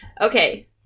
okay